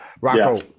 Rocco